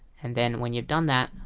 and then when you've done that,